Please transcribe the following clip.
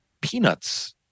peanuts